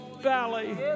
valley